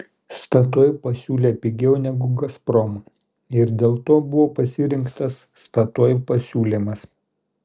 statoil pasiūlė pigiau negu gazprom ir dėl to buvo pasirinktas statoil pasiūlymas